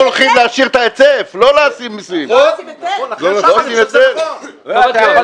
המציאות הזאת היא מציאות שעל זה צריך לקיים דיון